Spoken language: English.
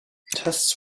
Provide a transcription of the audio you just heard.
tests